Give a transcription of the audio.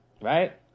right